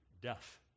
death